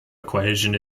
equation